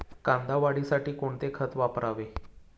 कांदा वाढीसाठी कोणते खत वापरावे?